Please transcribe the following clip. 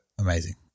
amazing